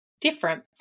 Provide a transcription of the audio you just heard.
different